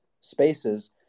spaces